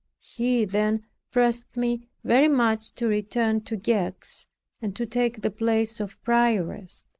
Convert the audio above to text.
he then pressed me very much to return to gex and to take the place of prioress.